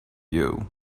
you